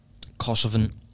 Kosovan